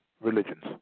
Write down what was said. religions